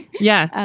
yeah.